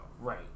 Right